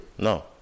No